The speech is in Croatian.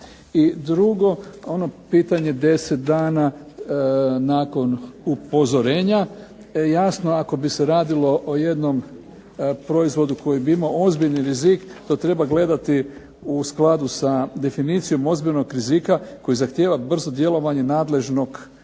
I drugo ono pitanje 10 dana nakon upozorenja, jasno ako bi se radilo o jednom proizvodu koji bi imao ozbiljni rizik, to treba gledati u skladu sa definicijom ozbiljnog rizika, koji zahtjeva brzo djelovanje nadležnog tijela,